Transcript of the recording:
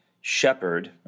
shepherd